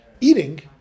eating